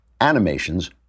Animations